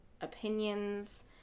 opinions